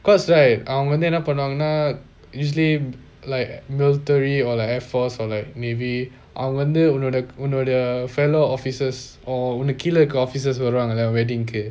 'cause right um அவங்க வந்து என்ன பன்னுவங்கன:avanga vanthu enna pannuvangana usually like military or like air force or like navy அவங்க வந்து உன்னொட உன்னொட:avanga vanthu unnoda unnoda fellow officers or உனக்கு கிழ இருக்கர:unakku kizha irukkara officers வருவங்கல:varuvangala weddingku